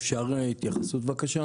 אפשר התייחסות בבקשה.